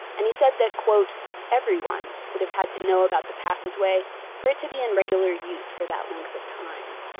and he said that everyone would have had to know about the passageway for it to be in regular use for that length of time.